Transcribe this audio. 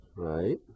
Right